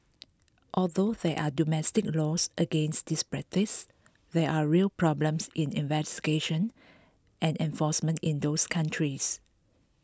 although there are domestic laws against this practice there are real problems in investigation and enforcement in those countries